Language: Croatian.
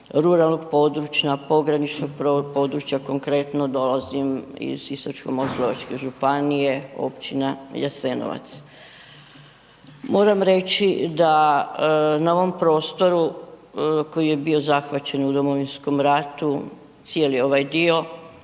ruralnog područja, pograničnog područja, konkretno dolazim iz Sisačko-moslavačke županije, općina Jasenovac. Moram reći da na ovom prostoru koji je bio zahvaćen u domovinskom ratu cijeli ovaj dio,